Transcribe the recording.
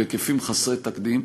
בהיקפים חסרי תקדים.